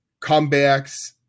comebacks